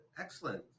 Excellent